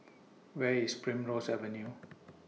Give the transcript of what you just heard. Where IS Primrose Avenue